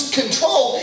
control